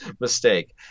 mistake